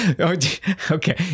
Okay